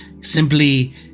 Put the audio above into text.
simply